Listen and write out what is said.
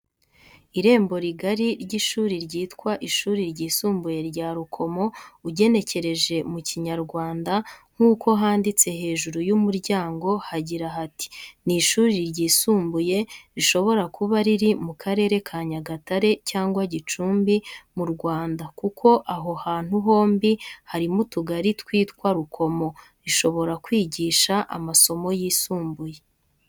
Irembo rigari ry’ishuri ryitwa ishuri ryisumbuye rya Rukomo ugenekereje mu kinyarwanda nk'uko handitse hejuru y’umuryango hagira hati. Ni ishuri ryisumbuye, rishobora kuba riri mu Karere ka Nyagatare cyangwa Gicumbi mu Rwanda kuko ayo hantu yombi harimo utugari twitwa Rukomo rishobora kwigisha amasomo yisumbuye.